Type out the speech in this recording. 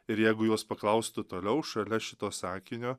ir jeigu jos paklaustų toliau šalia šito sakinio